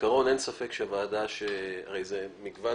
בעקרון אין ספק שוועדה הרי זה מגוון